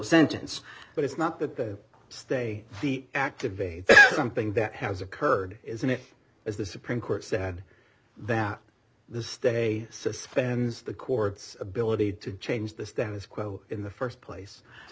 sentence but it's not the stay the activity something that has occurred isn't it as the supreme court said that the stay suspends the court's ability to change this them as quo in the st place so